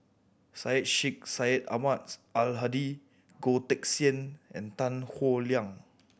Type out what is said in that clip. Syed Sheikh Syed Ahmads Al Hadi Goh Teck Sian and Tan Howe Liang